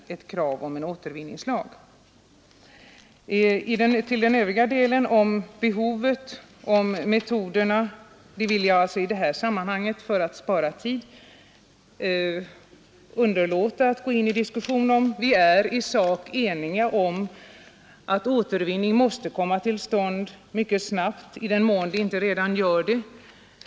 Behovet av återvinning och metoderna härför vid olika material vill jag i detta sammanhang för att spara tid underlåta att gå in i diskussion om. Vi är i sak eniga om att återvinning måste komma till stånd mycket snabbt, i den mån sådan inte redan förekommer.